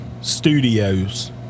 Studios